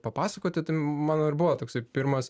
papasakoti tai mano ir buvo toksai pirmas